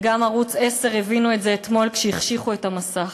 גם ערוץ 10 הבינו את זה אתמול כשהחשיכו את המסך.